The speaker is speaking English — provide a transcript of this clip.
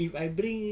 if I bring